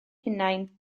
hunain